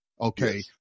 Okay